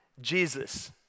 Jesus